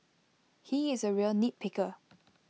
he is A real nitpicker